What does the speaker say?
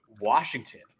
Washington